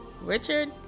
Richard